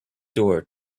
door